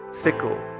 fickle